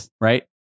right